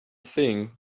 thing